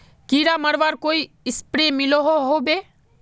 कीड़ा मरवार कोई स्प्रे मिलोहो होबे?